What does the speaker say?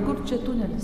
kur čia tunelis